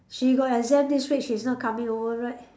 she got exam this week she's not coming over right